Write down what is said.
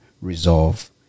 resolve